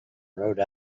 rode